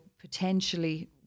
potentially